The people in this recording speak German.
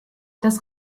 das